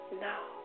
now